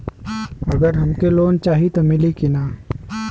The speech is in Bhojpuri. अगर हमके लोन चाही त मिली की ना?